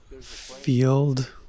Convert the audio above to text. field